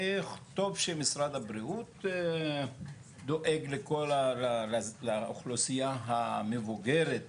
טוב שמשרד הבריאות דואג לאוכלוסייה המבוגרת שבינינו,